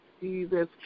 Jesus